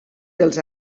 dels